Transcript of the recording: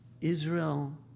Israel